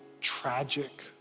tragic